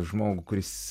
žmogų kuris